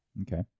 Okay